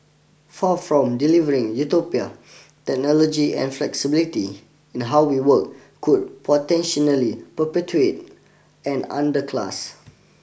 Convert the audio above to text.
far from delivering utopia technology and flexibility in how we work could perpetuate an underclass